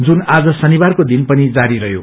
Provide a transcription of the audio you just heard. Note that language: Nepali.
जुन आज शनिवारको दिन पनि जारी रहयो